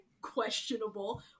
questionable